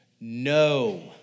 No